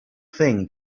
thing